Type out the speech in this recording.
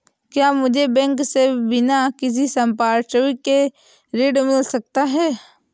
क्या मुझे बैंक से बिना किसी संपार्श्विक के ऋण मिल सकता है?